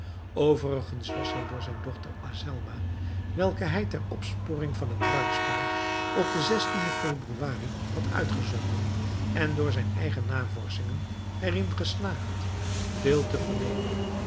overigens was hij door zijn dochter azelma welke hij ter opsporing van het bruidspaar op den februari had uitgezonden en door zijn eigen navorschingen er in geslaagd veel te vernemen